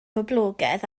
boblogaidd